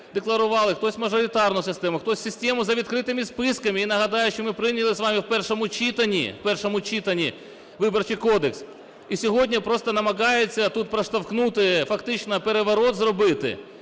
декларували хтось мажоритарну систему, хтось систему за відкритими списками. І нагадаю, що ми прийняли з вами в першому читанні, в першому читанні Виборчий кодекс. І сьогодні просто намагаються тут проштовхнути, фактично переворот зробити